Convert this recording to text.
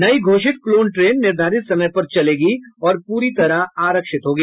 नई घोषित clone train निर्धारित समय पर चलेंगी और पूरी तरह आरक्षित होंगी